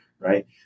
right